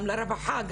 גם לרווחה,